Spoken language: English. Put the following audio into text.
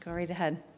um right ahead.